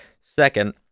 Second